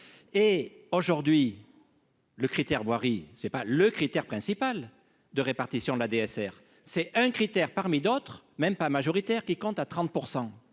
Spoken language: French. et aujourd'hui. Le critère voirie c'est pas le critère principal de répartition de la DSR, c'est un critère parmi d'autres, même pas majoritaire qui compte à 30